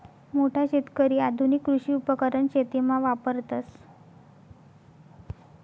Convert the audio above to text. मोठा शेतकरी आधुनिक कृषी उपकरण शेतीमा वापरतस